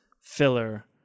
filler